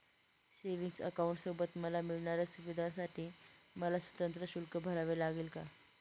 Savings अकाउंटसोबत मला मिळणाऱ्या सुविधांसाठी मला स्वतंत्र शुल्क भरावे लागेल का?